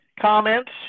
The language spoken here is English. comments